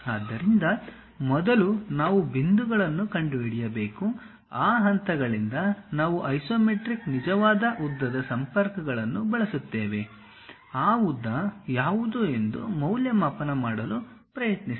ಆದ್ದರಿಂದ ಮೊದಲು ನಾವು ಬಿಂದುಗಳನ್ನು ಕಂಡುಹಿಡಿಯಬೇಕು ಆ ಹಂತಗಳಿಂದ ನಾವು ಐಸೊಮೆಟ್ರಿಕ್ ನಿಜವಾದ ಉದ್ದದ ಸಂಪರ್ಕಗಳನ್ನು ಬಳಸುತ್ತೇವೆ ಆ ಉದ್ದ ಯಾವುದು ಎಂದು ಮೌಲ್ಯಮಾಪನ ಮಾಡಲು ಪ್ರಯತ್ನಿಸಿ